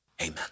Amen